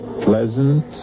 pleasant